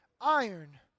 Iron